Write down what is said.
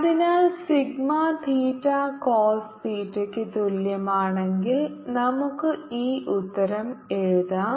അതിനാൽ sigma theta cos തീറ്റയ്ക്ക് തുല്യമാണെങ്കിൽ നമുക്ക് ഈ ഉത്തരം എഴുതാം